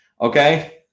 Okay